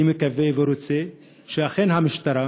אני מקווה ורוצה שאכן המשטרה